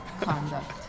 conduct